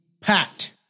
packed